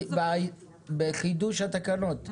בחידוש התקנות ההערה תיכנס?